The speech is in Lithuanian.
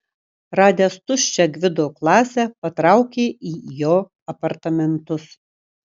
radęs tuščią gvido klasę patraukė į jo apartamentus